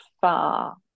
far